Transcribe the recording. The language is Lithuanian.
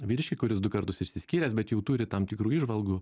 vyriškį kuris du kartus išsiskyręs bet jau turi tam tikrų įžvalgų